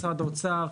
משרד האוצר,